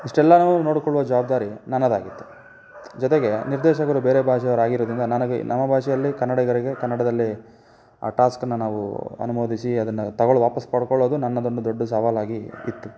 ಇಷ್ಟೆಲ್ಲ ನಾವು ನೋಡಿಕೊಳ್ವ ಜವಾಬ್ದಾರಿ ನನ್ನದಾಗಿತ್ತು ಜೊತೆಗೆ ನಿರ್ದೇಶಕರು ಬೇರೆ ಭಾಷೆಯವರಾಗಿರೋದರಿಂದ ನನಗೆ ನಮ್ಮ ಭಾಷೆಯಲ್ಲಿ ಕನ್ನಡಿಗರಿಗೆ ಕನ್ನಡದಲ್ಲಿ ಆ ಟಾಸ್ಕನ್ನು ನಾವು ಅನುವಾದಿಸಿ ಅದನ್ನು ತೊಗೊಳ್ಳು ವಾಪಸ್ಸು ಪಡ್ಕೊಳ್ಳೋದು ನನ್ನದೊಂದು ದೊಡ್ಡ ಸವಾಲಾಗಿ ಇತ್ತು